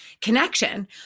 connection